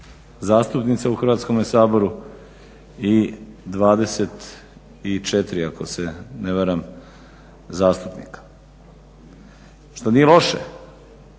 zastupnica u Hrvatskome saboru i 24 ako se ne varam zastupnika što nije loše.